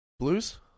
Blues